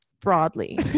broadly